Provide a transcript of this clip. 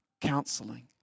counseling